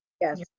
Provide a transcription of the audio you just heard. Yes